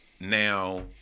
Now